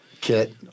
Kit